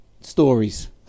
stories